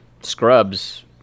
scrubs